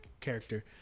character